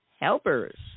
helpers